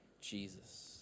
Jesus